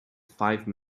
five